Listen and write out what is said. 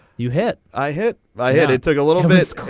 you hit i hit my head it took a little bit.